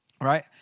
Right